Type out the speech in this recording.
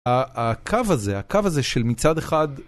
הקו הזה, הקו הזה של מצד אחד...